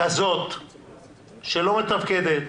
כזאת שלא מתפקדת